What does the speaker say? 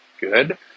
good